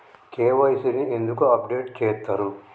KYC ని ఎందుకు update చేత్తరు?